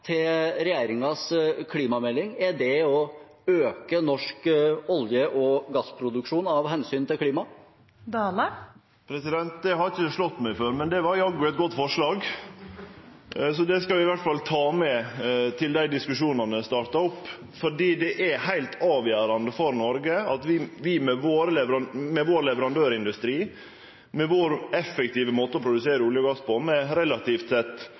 til regjeringens klimamelding? Er det å øke norsk olje- og gassproduksjon av hensyn til klimaet? Det har ikkje slått meg før, men det var jaggu eit godt forslag, så det skal eg iallfall ta med til dei diskusjonane når dei startar opp. Det er heilt avgjerande at Noreg, vi med vår leverandørindustri, med vår effektive måte å produsere olje og gass på, med relativt sett